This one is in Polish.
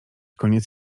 koniec